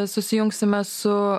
susijungsime su